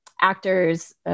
actors